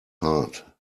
heart